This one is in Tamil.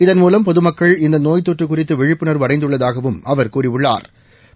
இதன்மூலம் பொதுமக்கள் இந்த நோய் தொற்று குறித்து விழிப்புணா்வு அடைந்துள்ளதாகவும் அவா் கூறியுள்ளாா்